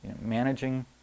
Managing